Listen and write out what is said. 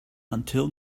until